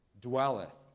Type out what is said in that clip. dwelleth